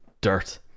dirt